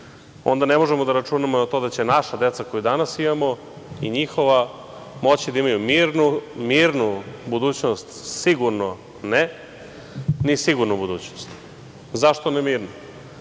onda ne možemo da računamo na to da će naša deca koju danas imamo i njihova moći da imaju mirnu budućnost, sigurno ne, ni sigurnu budućnost.Zašto ne mirnu?